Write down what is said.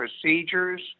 procedures